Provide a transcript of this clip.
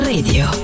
Radio